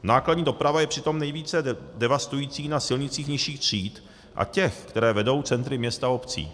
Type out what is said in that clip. Nákladní doprava je přitom nejvíce devastující na silnicích nižších tříd a těch, které vedou centry měst a obcí.